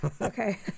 okay